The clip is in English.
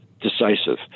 decisive